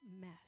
mess